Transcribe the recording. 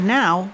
now